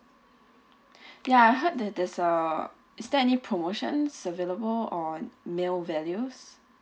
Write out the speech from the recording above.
ya I heard that there's a is there any promotions available or meal values